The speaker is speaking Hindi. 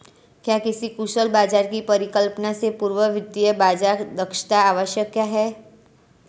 क्या किसी कुशल बाजार की परिकल्पना से पूर्व वित्तीय बाजार दक्षता आवश्यक है?